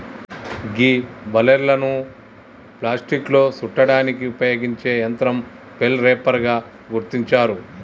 గీ బలేర్లను ప్లాస్టిక్లో సుట్టడానికి ఉపయోగించే యంత్రం బెల్ రేపర్ గా గుర్తించారు